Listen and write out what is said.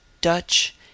dutch